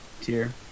tier